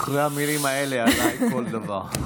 אחרי המילים האלה, עליי כל דבר.